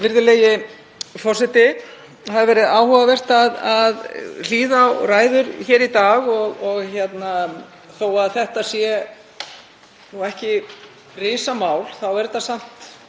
Virðulegi forseti. Það hefur verið áhugavert að hlýða á ræður hér í dag og þó að þetta sé ekki risamál þá er þetta samt